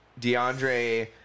DeAndre